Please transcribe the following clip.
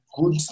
good